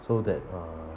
so that uh